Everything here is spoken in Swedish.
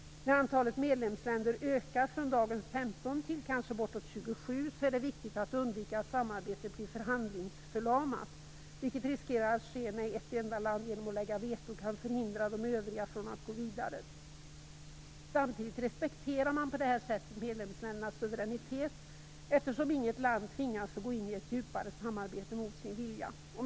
När antalet medlemsländer ökar från dagens 15 till kanske 27 är det viktigt att undvika att samarbetet blir handlingsförlamat, vilket riskerar att ske när ett enda land genom att lägga in sitt veto kan förhindra de övriga från att gå vidare. Samtidigt respekterar man på detta sätt medlemsländernas suveränitet, eftersom inget land tvingas att gå in i ett djupare samarbete mot sin vilja.